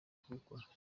kuwukora